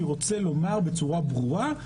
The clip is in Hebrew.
אני רוצה לומר בצורה ברורה,